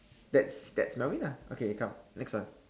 that's that's Melvin ah okay come next one